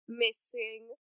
missing